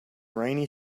rainy